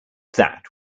that